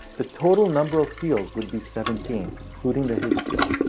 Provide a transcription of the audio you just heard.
the total number of fields would be seventeen, including the higgs field.